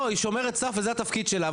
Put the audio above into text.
אבל לא היא שומרת סף וזה התפקיד שלה,